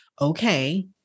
okay